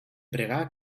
pregar